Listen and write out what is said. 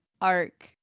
arc